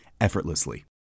effortlessly